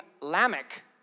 Lamech